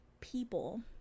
people